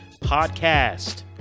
Podcast